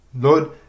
Lord